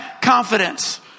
confidence